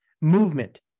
movement